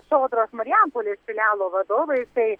sodros marijampolės filialo vadovais tai